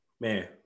Man